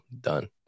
done